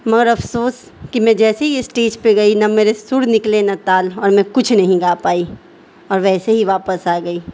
مگر افسوس کہ میں جیسے ہی اسٹیچ پہ گئی نہ میرے سُر نکلے نہ تال اور میں کچھ نہیں گا پائی اور ویسے ہی واپس آ گئی